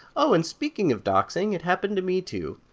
oh, and speaking of doxxing, it happened to me too,